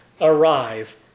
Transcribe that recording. arrive